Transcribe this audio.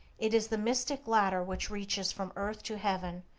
it is the mystic ladder which reaches from earth to heaven,